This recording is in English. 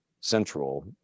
central